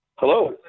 Hello